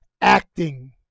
acting